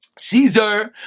Caesar